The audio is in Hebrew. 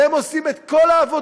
והם עושים את כל העבודה,